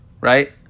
Right